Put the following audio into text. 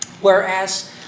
Whereas